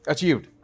Achieved